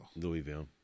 Louisville